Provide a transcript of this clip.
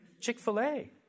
Chick-fil-A